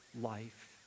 life